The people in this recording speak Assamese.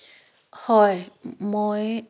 হয় মই